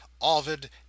Ovid